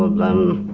them